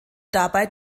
dabei